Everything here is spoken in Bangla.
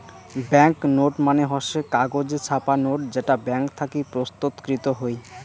ব্যাঙ্ক নোট মানে হসে কাগজে ছাপা নোট যেটা ব্যাঙ্ক থাকি প্রস্তুতকৃত হই